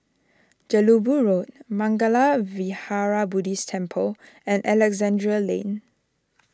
Jelebu Road Mangala Vihara Buddhist Temple and Alexandra Lane